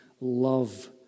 love